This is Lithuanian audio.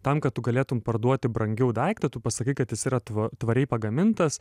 tam kad tu galėtum parduoti brangiau daiktą tu pasakai kad jis yra tva tvariai pagamintas